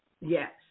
yes